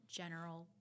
general